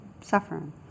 suffering